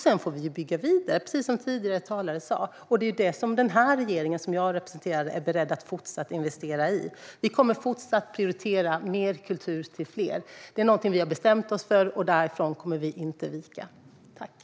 Sedan får vi bygga vidare, precis som tidigare talare sa, och det är det som denna regering som jag representerar är beredd att fortsätta investera i. Vi kommer att fortsätta prioritera mer kultur till fler. Det är någonting som vi har bestämt oss för, och från detta kommer vi inte att vika.